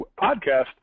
podcast